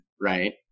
right